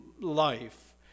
life